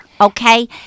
Okay